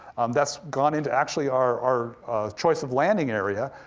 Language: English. that's gone into, actually, our our choice of landing area,